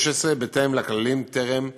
וכל זה למה?